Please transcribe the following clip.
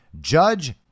Judge